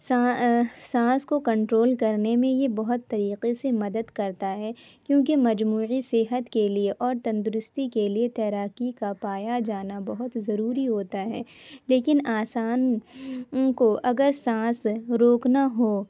ساں سانس کو کنٹرول کرنے میں یہ بہت طریقے سے مدد کرتا ہے کیوں کہ مجموعی صحت کے لیے اور تندرستی کے لیے تیراکی کا پایا جانا بہت ضروری ہوتا ہے لیکن آسان کو اگر سانس روکنا ہو